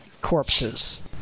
corpses